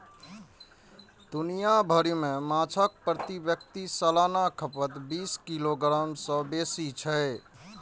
दुनिया भरि मे माछक प्रति व्यक्ति सालाना खपत बीस किलोग्राम सं बेसी छै